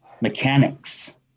mechanics